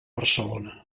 barcelona